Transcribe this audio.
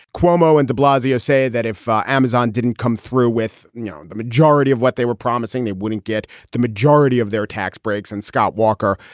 cuomo and de blasio say that if amazon didn't come through with and the majority of what they were promising, they wouldn't get the majority of their tax breaks. and scott walker,